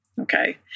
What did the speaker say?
Okay